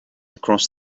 across